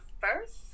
first